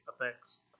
effects